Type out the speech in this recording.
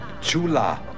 Chula